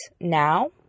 now